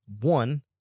One